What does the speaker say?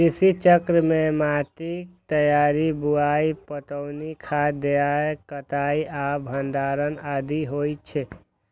कृषि चक्र मे माटिक तैयारी, बुआई, पटौनी, खाद देनाय, कटाइ आ भंडारण आदि होइ छै